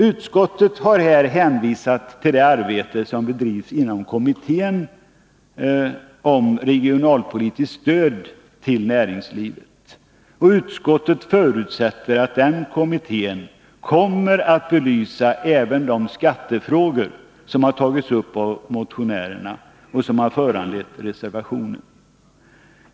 Utskottet har här hänvisat till det arbete som bedrivs inom kommittén om regionalpolitiskt stöd till näringslivet. Utskottet förutsätter att kommittén kommer att belysa även de skattefrågor som tagits upp av motionärerna och som föranlett reservationen.